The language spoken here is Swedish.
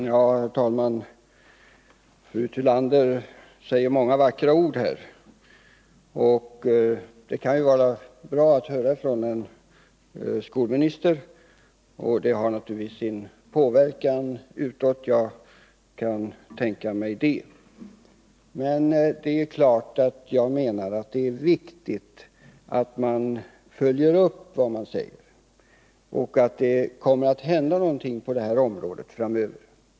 Herr talman! Fru Tillander säger många vackra ord här, och det kan vara bra att höra sådana från en skolminister, och det har naturligtvis sin påverkan utåt — jag kan tänka mig det. Men det är klart att det är viktigt att man följer upp vad man säger och att det kommer att hända någonting på detta område framöver.